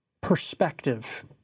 perspective